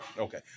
okay